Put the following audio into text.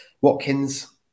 Watkins